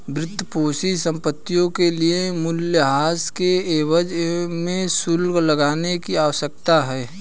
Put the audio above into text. वित्तपोषित संपत्तियों के लिए मूल्यह्रास के एवज में शुल्क लगाने की आवश्यकता है